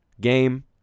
game